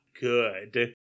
good